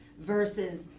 versus